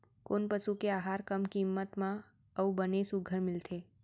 कोन पसु के आहार कम किम्मत म अऊ बने सुघ्घर मिलथे?